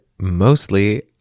mostly